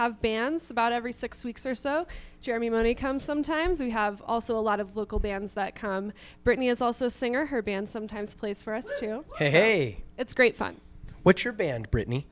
have bands about every six weeks or so jeremy money comes sometimes we have also a lot of local bands that come britney is also a singer her band sometimes plays for us so you know hey it's great fun what your band brittany